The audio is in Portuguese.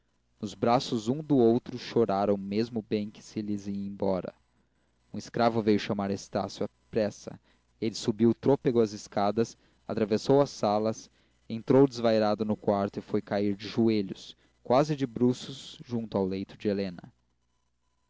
nos braços um do outro choraram o mesmo bem que se lhes ia embora um escravo veio chamar estácio à pressa ele subiu trôpego as escadas atravessou as salas entrou desvairado no quarto e foi cair de joelhos quase de bruços junto ao leito de helena